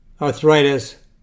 arthritis